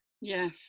Yes